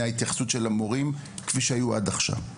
ההתייחסות של המורים כפי שהיו עד עכשיו.